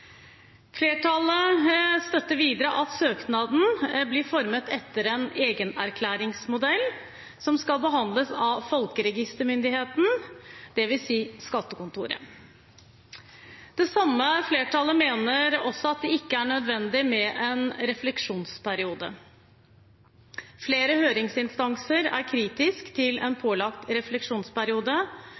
Flertallet støtter videre at søknaden blir formet etter en egenerklæringsmodell, som skal behandles av folkeregistermyndigheten, dvs. skattekontoret. Det samme flertallet mener også at det ikke er nødvendig med en refleksjonsperiode. Flere høringsinstanser er kritiske til en pålagt refleksjonsperiode,